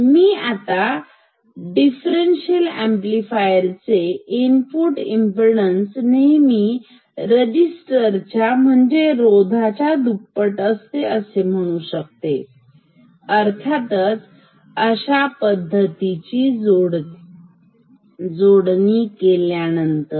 तर मी आता डिफरेन्स ऍम्प्लिफायर चे इनपूट इमपीडन्स नेहमी रजिस्टरच्या म्हणजेच रोधा च्या दुप्पट असते असे म्हणू शकते अर्थातच अशा पद्धतीच्या जोडणी केल्यास